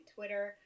Twitter